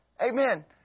Amen